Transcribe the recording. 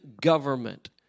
government